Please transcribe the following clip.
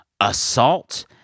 assault